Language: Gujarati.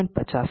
50 છે